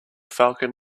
falcon